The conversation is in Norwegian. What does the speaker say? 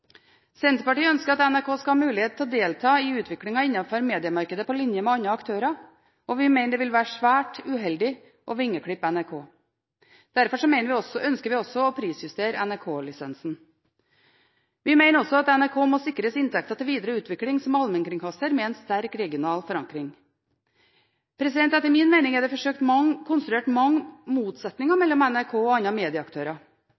Senterpartiet ønsker at NRK skal ha mulighet til å delta i utviklingen innenfor mediemarkedet på linje med andre aktører, og vi mener det vil være svært uheldig å vingeklippe NRK. Derfor ønsker vi også å prisjustere NRK-lisensen. Vi mener også at NRK må sikres inntekter til videre utvikling som allmennkringkaster med en sterk regional forankring. Etter min mening er det konstruert mange motsetninger mellom NRK og andre medieaktører.